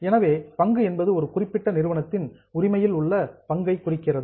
எனவே பங்கு என்பது ஒரு குறிப்பிட்ட நிறுவனத்தின் உரிமையில் உள்ள பங்கை குறிக்கிறது